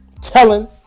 telling